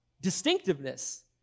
distinctiveness